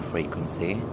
Frequency